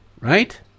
Right